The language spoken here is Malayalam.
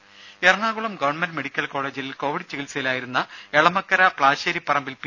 രേര എറണാകുളം ഗവൺമെന്റ് മെഡിക്കൽ കോളജിൽ കോവിഡ് ചികിത്സയിലായിരുന്ന എളമക്കര പ്ലാശ്ശേരി പറമ്പിൽ പി